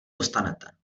dostanete